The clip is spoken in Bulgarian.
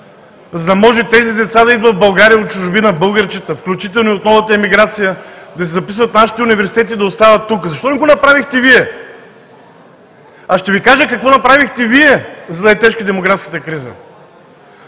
за да може тези деца да идват в България от чужбина, българчета, включително и от новата емиграция, да се записват в нашите университети и да остават тук. Защо не го направихте Вие? А ще Ви кажа какво направихте Вие, за да е тежка демографската криза.